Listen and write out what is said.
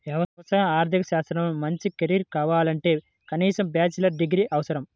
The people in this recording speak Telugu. వ్యవసాయ ఆర్థిక శాస్త్రంలో మంచి కెరీర్ కావాలంటే కనీసం బ్యాచిలర్ డిగ్రీ అవసరం